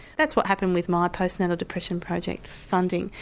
that's what happened with my postnatal depression project funding,